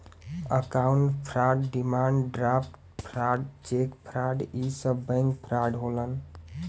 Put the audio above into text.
account fraud demand draft fraud cheque fraud इ सब bank fraud होलन